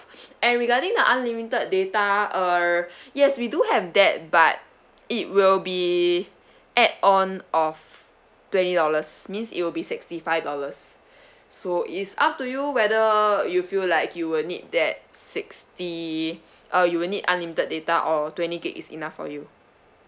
and regarding the unlimited data err yes we do have that but it will be add on of twenty dollars means it will be sixty five dollars so it's up to you whether you feel like you will need that sixty uh you would need unlimited data or twenty gig is enough for you